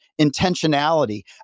intentionality